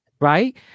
Right